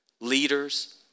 leaders